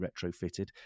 retrofitted